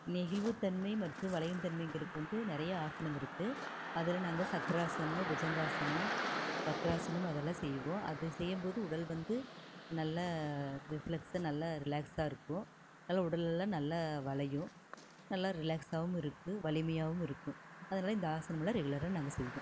நெகிழ்வுத்தன்மை மற்றும் வளையும் தன்மைக்கு வந்து நிறைய ஆசனம் இருக்குது அதில் நாங்கள் சக்கராசனம் புஜங்காசனம் வக்ராசனம் அதெல்லாம் செய்வோம் அது செய்யும் போது உடல் வந்து நல்லா ரிஃப்லெக்ஸாக நல்ல ரிலாக்ஸ்ஸாக இருக்கும் நல்ல உடலெல்லாம் நல்ல வளையும் நல்ல ரிலாக்ஸ்ஸாகவும் இருக்குது வலிமையாகவும் இருக்கும் அதனால இந்த ஆசனமெல்லாம் ரெகுலராக நாங்கள் செய்வோம்